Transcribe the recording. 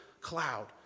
cloud